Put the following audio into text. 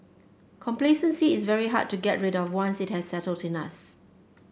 complacency is very hard to get rid of once it has settled in us